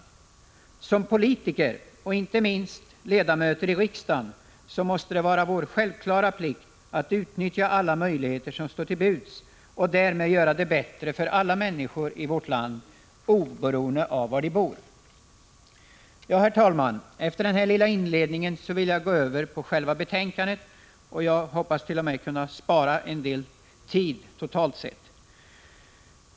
För oss som politiker och inte minst som ledamöter i riksdagen måste det vara en självklar plikt att utnyttja de möjligheter som står till buds för att därmed göra det bättre för alla människor i vårt land, oberoende av var de bor. Ja, herr talman, efter denna lilla inledning vill jag övergå till själva betänkandet. Jag hoppas t.o.m. kunna spara en del tid totalt sett.